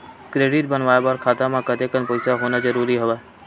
Credit बनवाय बर खाता म कतेकन पईसा होना जरूरी हवय?